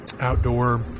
outdoor